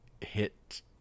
hit